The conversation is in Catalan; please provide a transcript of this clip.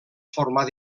formar